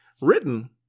written